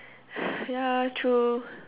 ya true